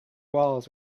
walls